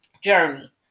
journey